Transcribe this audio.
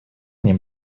они